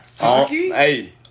Hey